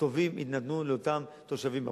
הטובים יינתנו לאותם תושבים במקום.